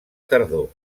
tardor